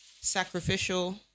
sacrificial